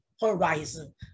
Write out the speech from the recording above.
Horizon